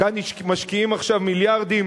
כאן משקיעים עכשיו מיליארדים